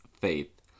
faith